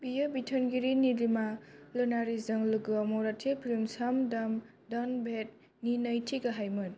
बियो बिथोनगिरि नीलिमा लोनारीजों लोगोआव मराठी फिल्म 'साम दाम दंद भेद' नि नैथि गाहायमोन